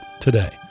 today